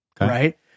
right